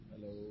Hello